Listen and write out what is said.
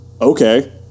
okay